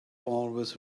always